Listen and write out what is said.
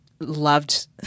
loved